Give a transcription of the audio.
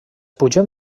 pugem